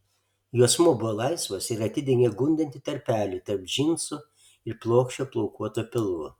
juosmuo buvo laisvas ir atidengė gundantį tarpelį tarp džinsų ir plokščio plaukuoto pilvo